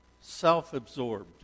self-absorbed